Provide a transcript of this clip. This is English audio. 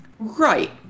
Right